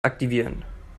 aktivieren